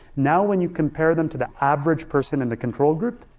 now, when you compare them to the average person in the control group,